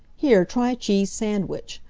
here, try a cheese sandwich.